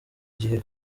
gihe